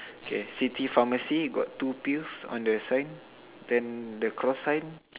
okay city pharmacy got two pills on the sign then the cross sign